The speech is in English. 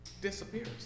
disappears